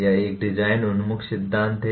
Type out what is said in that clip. यह एक डिजाइन उन्मुख सिद्धांत है